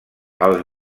els